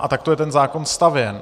A takto je ten zákon stavěn.